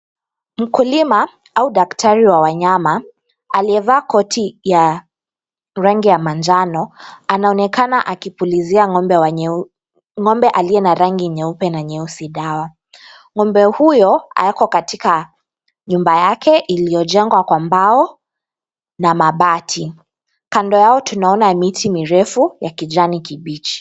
Mkulima au daktari wa wanyama aliyevaa koti ya rangi ya manjano anaonekana akipulizia ng'ombe aliye na rangi nyeupe na nyeusi dawa. Ng'ombe huyo ako katika nyumba yake iliyojengwa na mbao na mabati. Kando yao tunaona miti mirefu ya kijani kibichi.